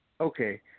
Okay